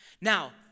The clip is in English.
Now